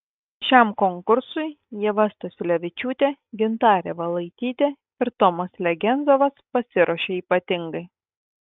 šiam konkursui ieva stasiulevičiūtė gintarė valaitytė ir tomas legenzovas pasiruošė ypatingai